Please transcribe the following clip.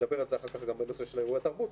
ונדבר על זה אחר כך, גם בנושא של אירועי תרבות.